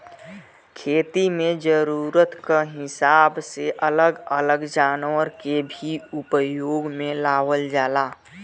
खेती में जरूरत क हिसाब से अलग अलग जनावर के भी उपयोग में लावल जाला